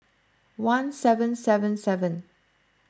one seven seven seven